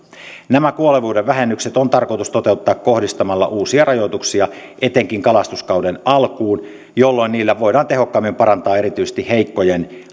nämä kuolevuuden vähennykset on tarkoitus toteuttaa kohdistamalla uusia rajoituksia etenkin kalastuskauden alkuun jolloin niillä voidaan tehokkaammin parantaa erityisesti heikkojen